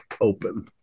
open